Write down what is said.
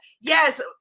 yes